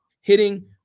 Hitting